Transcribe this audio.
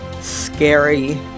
scary